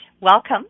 Welcome